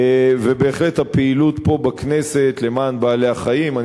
ובהחלט הפעילות פה בכנסת למען בעלי-החיים,